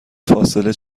فاصله